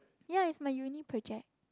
ya it's my uni project